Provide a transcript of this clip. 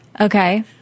okay